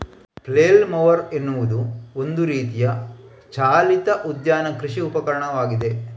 flail mower ಎನ್ನುವುದು ಒಂದು ರೀತಿಯ ಚಾಲಿತ ಉದ್ಯಾನ ಕೃಷಿ ಉಪಕರಣವಾಗಿದೆ